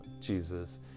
Jesus